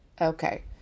Okay